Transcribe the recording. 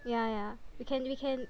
yeah yeah we can we can